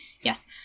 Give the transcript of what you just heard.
Yes